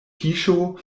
fiŝo